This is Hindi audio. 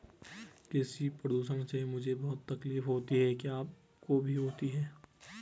कृषि प्रदूषण से मुझे बहुत तकलीफ होती है क्या आपको भी होती है